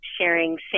sharing